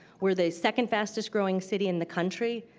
we're the second fastest growing city in the country.